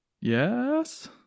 Yes